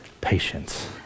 patience